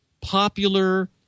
popular